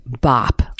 bop